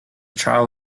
child